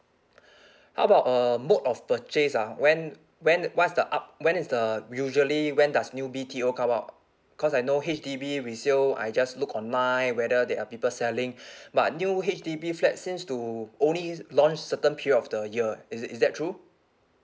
how about uh mode of purchase ah when when what's the up~ when is the usually when does new B_T_O come out cause I know H_D_B resale I just look online whether there are people selling but new H_D_B flat seems to only launch certain period of the year is it is that true